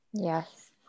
Yes